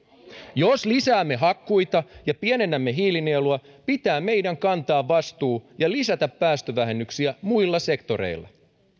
jos lisäämme hakkuita ja pienennämme hiilinielua pitää meidän kantaa vastuu ja lisätä päästövähennyksiä muilla sektoreilla